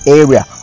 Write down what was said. area